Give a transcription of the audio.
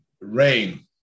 rain